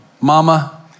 mama